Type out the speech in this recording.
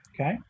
okay